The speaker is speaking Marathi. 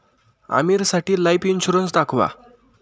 आमीरसाठी लाइफ इन्शुरन्स दाखवा